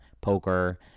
poker